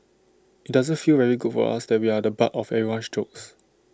IT doesn't feel very good for us that we're the butt of everyone's jokes